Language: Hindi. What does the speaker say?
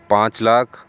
पाँच लाख